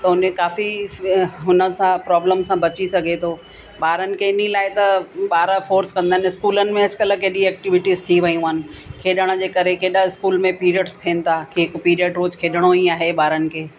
त उन काफ़ी हुन सां प्रॉब्लम सां बची सघे थो ॿारनि खे इन लाइ त ॿार फोर्स कंदनि इस्कूल में अॼुकल्ह केॾी एक्टिविटीस थी वयूं आहिनि खेॾण जे करे केॾा इस्कूल में पीरियडस थियनि था की हिकु पीरियड रोज़ु खेॾणो ई आहे ॿारनि खे